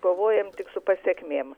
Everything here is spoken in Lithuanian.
kovojam tik su pasekmėm